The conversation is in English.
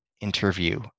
interview